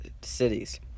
cities